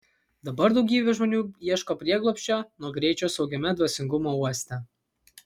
dabar daugybė žmonių ieško prieglobsčio nuo greičio saugiame dvasingumo uoste